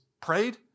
prayed